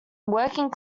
working